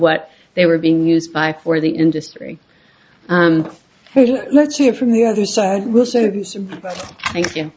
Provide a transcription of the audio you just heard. what they were being used by for the industry let's hear from the other side will say thank you